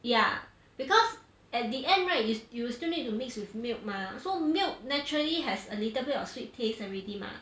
ya because at the end right you'll you will still need to mix with milk mah so milk naturally has a little bit of sweet taste already mah